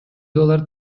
доллар